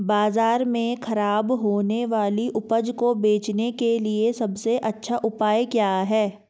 बाजार में खराब होने वाली उपज को बेचने के लिए सबसे अच्छा उपाय क्या हैं?